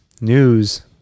News